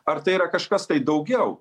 ar tai yra kažkas tai daugiau